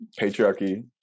patriarchy